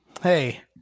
hey